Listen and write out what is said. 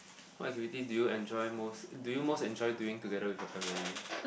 what activity do you enjoy most do you most enjoy doing together with your family